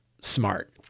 smart